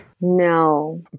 No